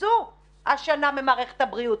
קוצצו השנה ממערכת הבריאות.